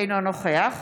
אינו נוכח